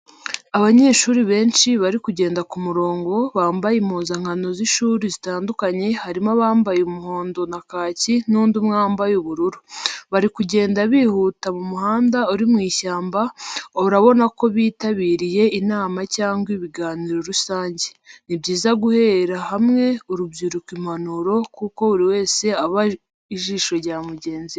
Abanyeshuri benshi bari kugenda ku murongo, bambaye impuzankano z’ishuri zitandukanye harimo abambaye umuhondo na kaki n'undi umwe wambaye ubururu. Bari kugenda bihuta mu muhanda uri mu ishyamba, urabona ko bitabiriye inama cyangwa ibiganiro rusange. Ni byiza guhera hamwe urubyiruko impanuro, kuko buri wese aba ijisho rya mugenzi we.